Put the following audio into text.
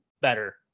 better